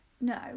no